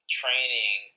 training